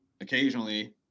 occasionally